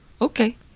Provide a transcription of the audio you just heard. Okay